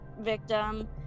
victim